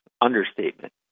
understatement